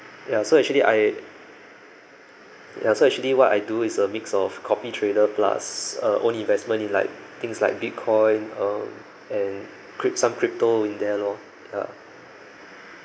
ya so actually I ya so actually what I do is a mix of copy trader plus um own investment in like things like bitcoin um and cryp~ some crypto in there lor ya